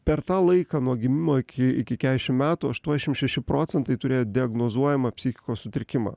per tą laiką nuo gimimo iki iki kešim metų aštuoniasdešim šeši procentai turėjo diagnozuojamą psichikos sutrikimą